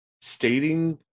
stating